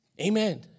Amen